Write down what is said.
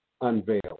Unveiled